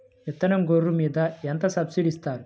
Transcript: విత్తనం గొర్రు మీద ఎంత సబ్సిడీ ఇస్తారు?